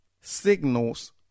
signals